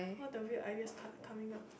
all the weird ideas start coming up